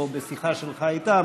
או בשיחה שלך איתם.